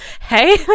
Hey